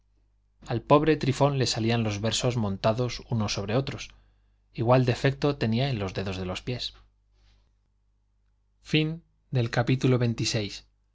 al pobre trifón le salían los versos montados unos sobre otros igual defecto tenía en los dedos de los pies el